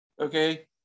okay